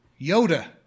Yoda